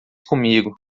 comigo